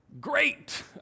Great